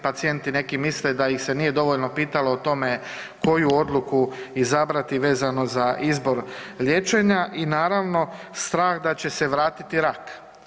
Pacijenti neki misle da ih se nije dovoljno pitalo o tome koju odluku izabrati vezano za izbor liječenja i naravno strah da će se vratiti rak.